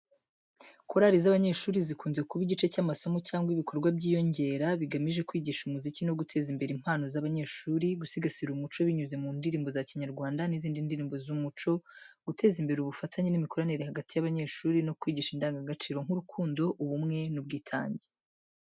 Korali z'abanyeshuri zikunze kuba igice cy'amasomo cyangwa ibikorwa by'inyongera bigamije kwigisha umuziki no guteza imbere impano z'abanyeshuri, gusigasira umuco binyuze mu ndirimbo za Kinyarwanda n'izindi ndirimbo z'umuco, guteza imbere ubufatanye n'imikoranire hagati y'abanyeshuri no kwigisha indangagaciro nk'urukundo, ubumwe n'ubwitange.